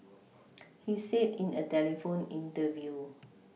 he said in a telephone interview